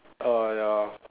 err ya